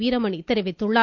வீரமணி தெரிவித்துள்ளார்